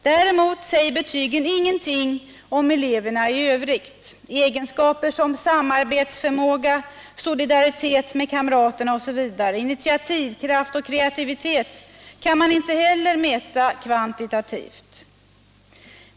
Däremot säger betygen ingenting om eleverna i övrigt — egenskaper som samarbetsförmåga, solidaritet med kamraterna osv. Initiativkraft och kreativitet kan man heller inte mäta kvantitativt.